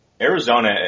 Arizona